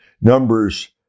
Numbers